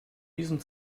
diesem